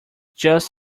just